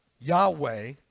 Yahweh